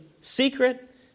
secret